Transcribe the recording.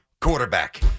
quarterback